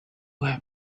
have